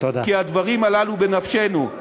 כי הדברים הללו בנפשנו.